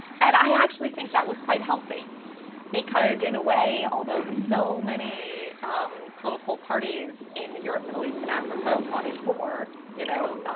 and i actually think that was quite healthy because in a way, although so many political parties in the europe, middle east and africa wanted more, you know,